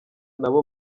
nabo